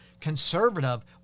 conservative